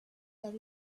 that